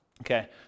Okay